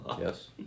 Yes